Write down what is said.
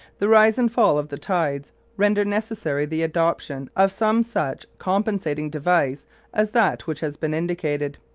the rise and fall of the tides render necessary the adoption of some such compensating device as that which has been indicated.